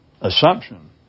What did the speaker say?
assumption